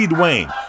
Dwayne